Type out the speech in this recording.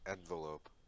Envelope